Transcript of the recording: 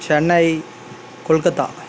Chennai Kolkata